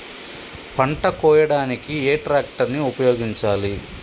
పంట కోయడానికి ఏ ట్రాక్టర్ ని ఉపయోగించాలి?